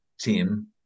team